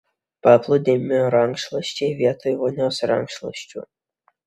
paplūdimio rankšluosčiai vietoj vonios rankšluosčių